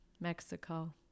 mexico